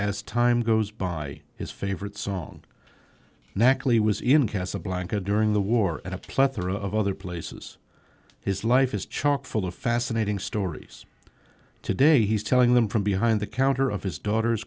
as time goes by his favorite song natalie was in casablanca during the war and a plethora of other places his life is chock full of fascinating stories today he's telling them from behind the counter of his daughter